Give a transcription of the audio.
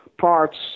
parts